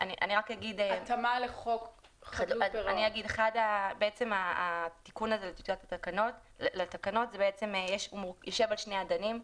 התיקון הזה לתקנות יושב על שני אדנים.